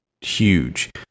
huge